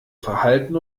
verhalten